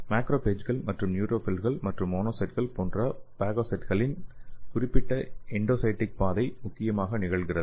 மேக்ரோபேஜ்கள் மற்றும் நியூட்ரோபில்ஸ் மற்றும் மோனோசைட்டுகள் போன்ற பாகோசைட்டுகளில் குறிப்பிட்ட எண்டோசைடிக் பாதை முக்கியமாக நிகழ்கிறது